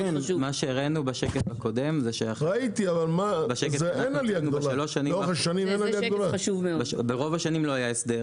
מה שהראינו בשקף הקודם זה שברוב השנים לא היה הסדר,